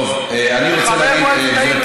חבר מועצת העיר לשעבר.